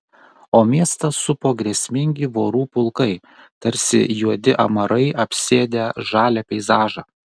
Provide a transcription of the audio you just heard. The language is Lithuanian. o miestą supo grėsmingi vorų pulkai tarsi juodi amarai apsėdę žalią peizažą